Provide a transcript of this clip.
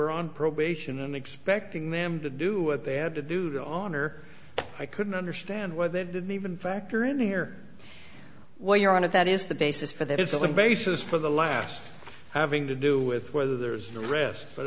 are on probation and expecting them to do what they had to do the honor i couldn't understand why they didn't even factor in here while you're on it that is the basis for that is the basis for the last having to do with whether there's